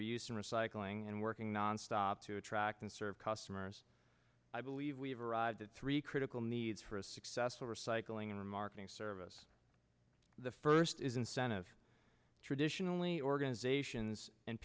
reusing recycling and working nonstop to attract and serve customers i believe we've arrived at three critical needs for a successful recycling in marketing service the first is incentive traditionally organizations and